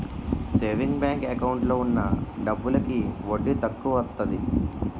saving bank account లో ఉన్న డబ్బులకి వడ్డీ తక్కువత్తాది